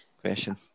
question